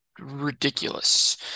ridiculous